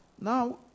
now